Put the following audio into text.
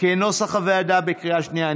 כנוסח הוועדה, עבר בקריאה שנייה.